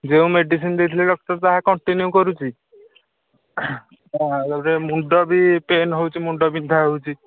ଯେଉଁ ମେଡ଼ିସିନ ଦେଇଥିଲେ ଡକ୍ଟର ତାହା କଂଟିନ୍ୟୁ କରୁଛି ମୁଣ୍ଡ ବି ପେନ ହେଉଛି ମୁଣ୍ଡ ବିନ୍ଧା ହେଉଛି